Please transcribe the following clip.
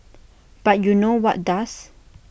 but you know what does